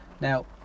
now